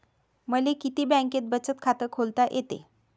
मले किती बँकेत बचत खात खोलता येते?